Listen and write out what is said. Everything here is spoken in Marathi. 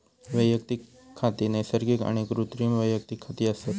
वैयक्तिक खाती नैसर्गिक आणि कृत्रिम वैयक्तिक खाती असत